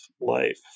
life